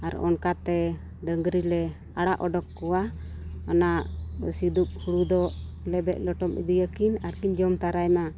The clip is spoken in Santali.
ᱟᱨ ᱚᱱᱠᱟᱛᱮ ᱰᱟᱹᱝᱨᱤ ᱞᱮ ᱟᱲᱟᱜ ᱚᱰᱳᱠ ᱠᱚᱣᱟ ᱚᱱᱟ ᱥᱤᱫᱩᱜ ᱦᱳᱲᱳ ᱫᱚ ᱞᱮᱵᱮᱫ ᱞᱚᱴᱚᱢ ᱤᱫᱤᱭᱟᱠᱤᱱ ᱟᱨ ᱠᱤᱱ ᱡᱚᱢ ᱛᱟᱨᱟᱭᱢᱟ